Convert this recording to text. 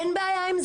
אין בעיה עם זה.